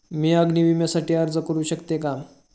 मी अग्नी विम्यासाठी अर्ज करू शकते का?